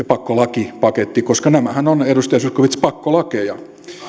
pakkolakipaketti koska nämähän ovat edustaja zyskowicz pakkolakeja